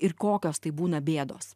ir kokios tai būna bėdos